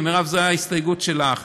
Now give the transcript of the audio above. כי זאת ההסתייגות שלך,